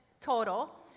total